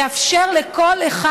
לאפשר לכל אחד